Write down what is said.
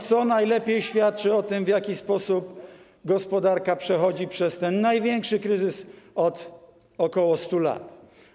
Co najlepiej świadczy o tym, w jaki sposób gospodarka przechodzi przez ten największy kryzys od ok. 100 lat?